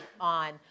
on